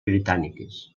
britàniques